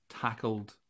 tackled